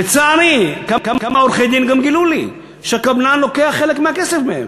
לצערי כמה עורכי-דין גם גילו לי שהקבלן לוקח חלק מהכסף מהם,